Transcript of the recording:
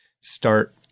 start